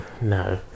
No